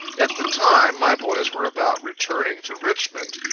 at the time, my boys were about returning to richmond,